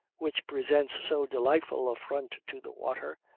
which presents so delightful a front to the water,